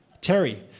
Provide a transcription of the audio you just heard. Terry